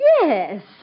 Yes